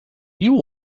you